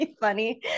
funny